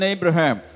Abraham